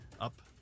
up